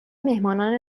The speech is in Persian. میهمانان